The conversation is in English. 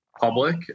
public